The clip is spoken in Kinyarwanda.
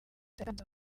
yatanze